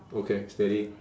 okay steady